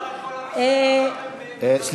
מול,